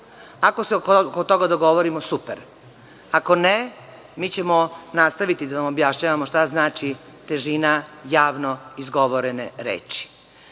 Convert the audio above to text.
Ako se oko toga dogovorimo, super. Ako ne, mi ćemo nastaviti da vam objašnjavamo šta znači težina javno izgovorene reči. Nemam